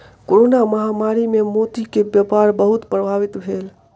corona महामारी मे मोती के व्यापार बहुत प्रभावित भेल